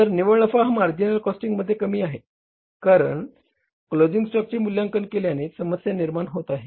तर निव्वळ नफा हा मार्जिनल कॉस्टिंगमध्ये कमी आहे कारण क्लोजिंग स्टॉकचे मूल्यांकन केल्याने समस्या निर्माण होत आहे